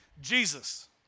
Jesus